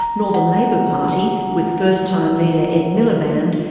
nor the labour party, with first-time leader ed miliband,